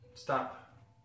stop